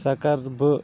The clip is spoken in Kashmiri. سۄ کرٕ بہٕ